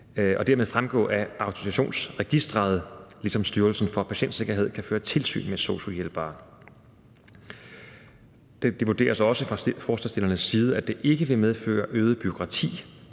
og dermed fremgå af autorisationsregisteret, ligesom Styrelsen for Patientsikkerhed kan føre tilsyn med sosu-hjælpere. Det vurderes også fra forslagsstillernes side, at det ikke vil medføre øget bureaukrati